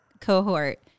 cohort